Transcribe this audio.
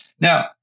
Now